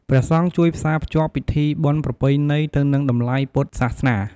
ព្រះសង្ឃជួយផ្សាភ្ជាប់ពិធីបុណ្យប្រពៃណីទៅនឹងតម្លៃពុទ្ធសាសនា។